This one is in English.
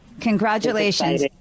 Congratulations